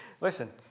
Listen